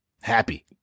happy